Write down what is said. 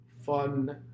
fun